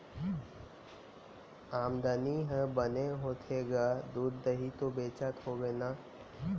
आमदनी ह बने होथे गा, दूद, दही तो बेचत होबे ना?